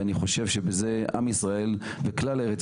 ואני חושב שבזה עם ישראל וכלל ארץ